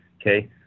okay